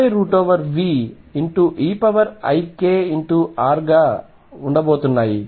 r గా ఉండబోతున్నాయి